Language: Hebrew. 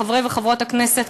חברי וחברות הכנסת,